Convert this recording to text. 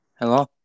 Hello